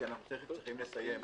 כי אנחנו תיכף צריכים לסיים,